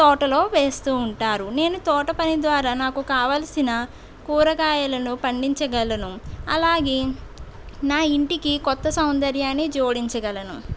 తోటలో వేస్తూ ఉంటారు నేను తోట పని ద్వారా నాకు కావాల్సిన కూరగాయలను పండించగలను అలాగే నా ఇంటికి కొత్త సౌందర్యాన్ని జోడించగలను